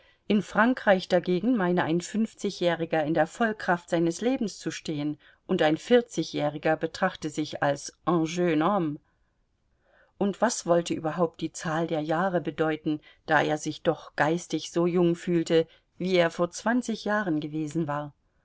in frankreich dagegen meine ein fünfzigjähriger in der vollkraft seines lebens zu stehen und ein vierzigjähriger betrachte sich als un jeune homme und was wollte überhaupt die zahl der jahre bedeuten da er sich doch geistig so jung fühlte wie er vor zwanzig jahren gewesen war